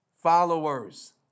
Followers